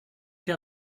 che